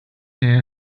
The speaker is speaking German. der